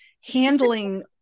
handling